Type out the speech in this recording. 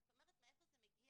זאת אומרת, מהיכן זה מגיע.